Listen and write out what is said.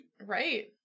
Right